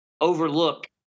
overlook